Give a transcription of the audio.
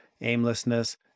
aimlessness